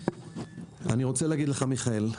מיכאל,